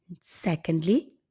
Secondly